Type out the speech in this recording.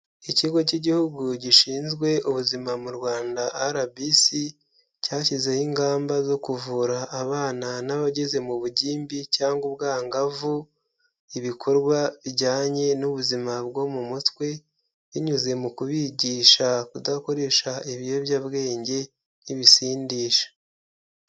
Ikigo cy'igihugu gishinzwe ubuzima mu Rwanda RBC cyashyizeho ingamba zo kuvura abana n'abageze mu bugimbi cyangwa ubwangavu, ibikorwa bijyanye n'ubuzima bwo mu mutwe binyuze mu kubigisha kudakoresha ibiyobyabwenge nk'ibisindisha.